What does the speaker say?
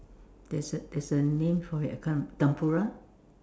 there's a there's a name for it I can't remember tempura